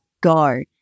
go